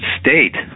state